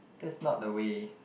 that's not the way